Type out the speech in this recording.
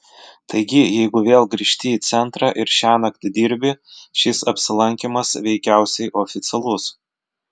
taigi jeigu vėl grįžti į centrą ir šiąnakt dirbi šis apsilankymas veikiausiai oficialus